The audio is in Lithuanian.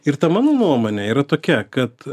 ir ta mano nuomonė yra tokia kad